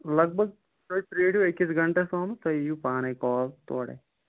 لگ بگ تُہۍ پیٲرِو أکِس گَنٹس تامَتھ تۄہہِ یِیو پانے کال تورٕے